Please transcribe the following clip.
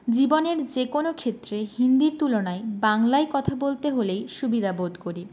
জীবনের যেকোনো ক্ষেত্রে হিন্দির তুলনায় বাংলায় কথা বলতে হলেই সুবিধা বোধ করি